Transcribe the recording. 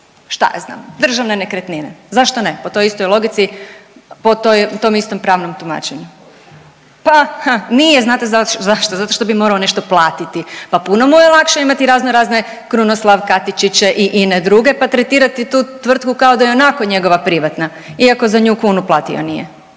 šta ja znam, državne nekretnine, zašto ne, po toj istoj logici, po toj, po tom istom pravnom tumačenju. Pa ha nije, znate zašto, zato što bi morao nešto platiti, pa puno mu je lakše imati razno razne Krunoslav Katičiće i ine druge, pa tretirati tu tvrtku kao da je ionako njegova privatna iako za nju kunu platio nije.